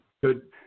good